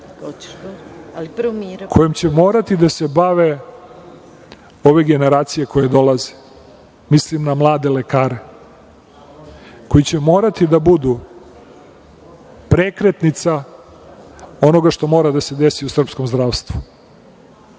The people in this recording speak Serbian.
kojom će morati da se bave ove generacije koje dolaze. Mislim, na mlade lekare koji će morati da budu prekretnica onoga što mora da se desi u srpskom zdravstvu,